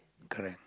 correct